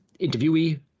interviewee